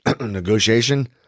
negotiation